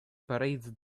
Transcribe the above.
parades